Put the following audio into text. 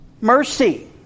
mercy